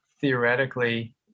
theoretically